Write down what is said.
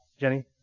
Jenny